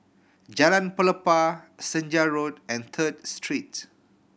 Jalan Pelepah Senja Road and Third Street